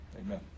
Amen